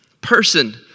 Person